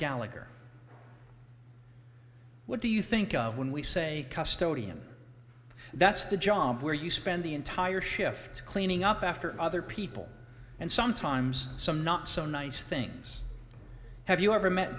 gallagher what do you think of when we say custody and that's the job where you spend the entire shift cleaning up after other people and sometimes some not so nice things have you ever met